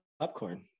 popcorn